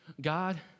God